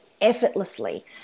effortlessly